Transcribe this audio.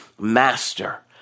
master